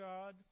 God